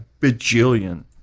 bajillion